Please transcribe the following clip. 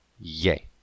Yay